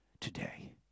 today